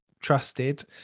trusted